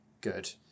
good